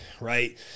right